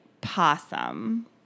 possum